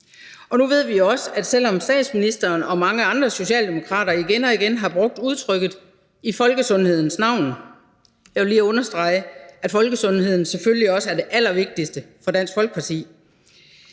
Og nu ved vi det jo også, selv om statsministeren og mange andre socialdemokrater igen og igen har brugt udtrykket i folkesundhedens navn. Jeg vil lige understrege, at folkesundheden selvfølgelig også er det allervigtigste for Dansk Folkeparti.